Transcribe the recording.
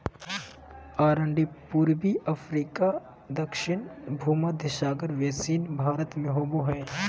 अरंडी पूर्वी अफ्रीका दक्षिण भुमध्य सागर बेसिन भारत में होबो हइ